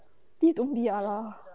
please don't be allah